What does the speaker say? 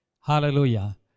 Hallelujah